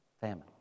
Famine